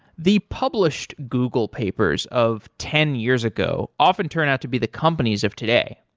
the published google papers of ten years ago, often turn out to be the companies of today.